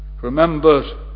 Remember